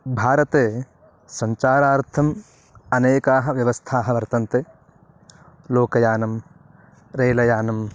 भारते सञ्चारार्थम् अनेकाः व्यवस्थाः वर्तन्ते लोकयानं रेल यानं